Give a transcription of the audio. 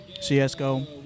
CSGO